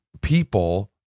people